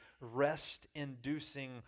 rest-inducing